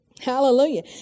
Hallelujah